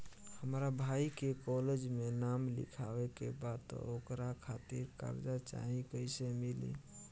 हमरा भाई के कॉलेज मे नाम लिखावे के बा त ओकरा खातिर कर्जा चाही कैसे मिली?